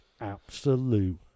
absolute